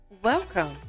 Welcome